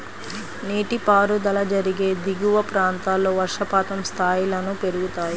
నీటిపారుదల జరిగే దిగువ ప్రాంతాల్లో వర్షపాతం స్థాయిలను పెరుగుతాయి